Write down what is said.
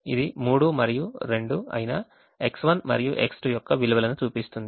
ఇది 3 మరియు 2 అయిన X1 మరియు X2 యొక్క విలువలను చూపిస్తుంది